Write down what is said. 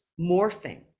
morphing